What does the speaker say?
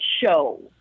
show